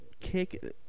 kick